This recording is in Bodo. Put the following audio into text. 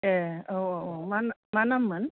ए औ औ औ मा मा नाम मोन